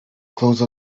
close